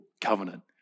covenant